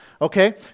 Okay